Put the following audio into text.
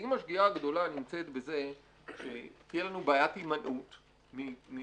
האם השגיאה הגדולה נמצאת בזה שתהיה לנו בעיית הימנעות מתשלום,